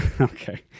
Okay